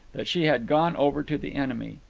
that she had gone over to the enemy.